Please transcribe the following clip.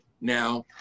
now